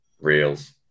reels